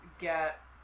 get